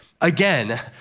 again